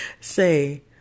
say